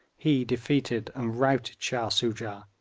he defeated and routed shah soojah,